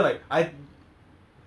like I know the movie title